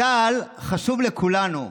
"צה"ל חשוב לכולנו,